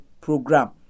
program